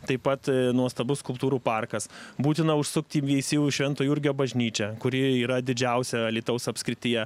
taip pat nuostabus skulptūrų parkas būtina užsukti į veisiejų švento jurgio bažnyčią kuri yra didžiausia alytaus apskrityje